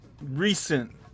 recent